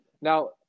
Now